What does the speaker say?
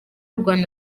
rwanda